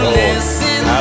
listen